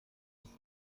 ist